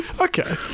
Okay